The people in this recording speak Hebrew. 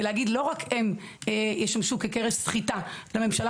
ולהגיד שלא רק הם ישמשו כקרש סחיטה לממשלה